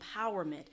empowerment